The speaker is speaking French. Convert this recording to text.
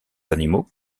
animaux